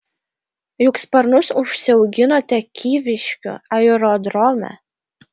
juk sparnus užsiauginote kyviškių aerodrome